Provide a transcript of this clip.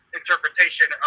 interpretation